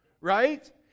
Right